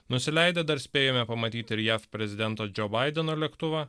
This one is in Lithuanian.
nusileidę dar spėjome pamatyti ir jav prezidento džo baideno lėktuvą